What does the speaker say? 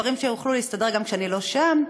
דברים שהם יוכלו להסתדר גם כשאני לא שם.